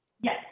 Yes